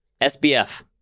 SBF